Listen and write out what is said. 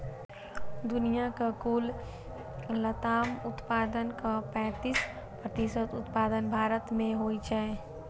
दुनियाक कुल लताम उत्पादनक पैंतालीस प्रतिशत उत्पादन भारत मे होइ छै